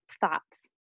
thoughts